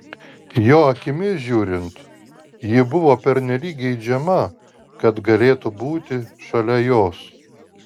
jo akimis žiūrint ji buvo pernelyg geidžiama kad galėtų būti šalia jos